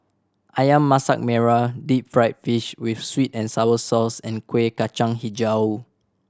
Ayam Masak Merah deep fried fish with sweet and sour sauce and Kueh Kacang Hijau